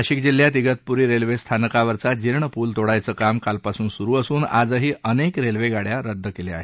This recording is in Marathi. नाशिक जिल्ह्यात इगतपुरी रेल्वे स्थानकावरचा जीर्ण पूल तोडायचं काम कालपासून सुरू असून आजही अनेक रेल्वेगाड्या रद्द आहेत